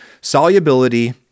solubility